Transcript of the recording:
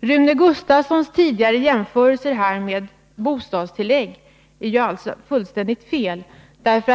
Rune Gustavssons jämförelse med bostadstilläggen är fullständigt felaktig.